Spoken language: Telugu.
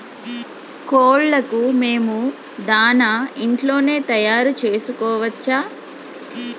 కోళ్లకు మేము దాణా ఇంట్లోనే తయారు చేసుకోవచ్చా?